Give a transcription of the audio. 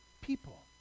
people